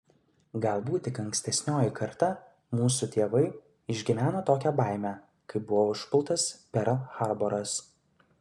galbūt tik ankstesnioji karta mūsų tėvai išgyveno tokią baimę kai buvo užpultas perl harboras